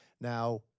Now